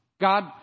God